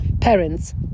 Parents